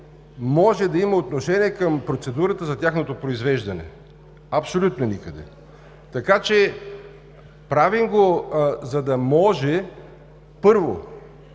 може да има отношение към процедурата за тяхното произвеждане. Абсолютно никъде! (Шум и реплики.) Правим го, за да може, първо,